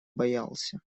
боялся